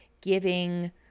giving